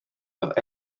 oedd